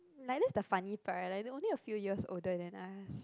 like that's the funny part right like they're only a few years older than us